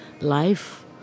life